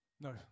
no